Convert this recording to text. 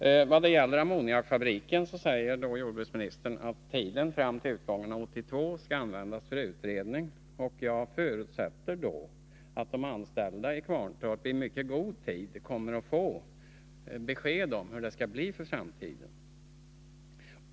Vad gäller ammoniakfabriken säger jordbruksministern att tiden fram till utgången av 1982 skall användas för utredningar. Jag förutsätter då att de anställda i Kvarntorp i mycket god tid kommer att få besked om hur det skall bli i framtiden.